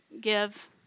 give